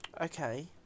Okay